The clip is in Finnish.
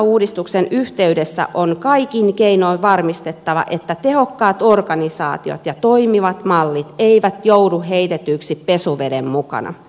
kuntauudistuksen yhteydessä on kaikin keinoin varmistettava että tehokkaat organisaatiot ja toimivat mallit eivät joudu heitetyiksi pesuveden mukana